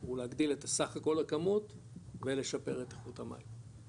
הוא להגדיל את סך כל הכמות ולשפר את איכות המים.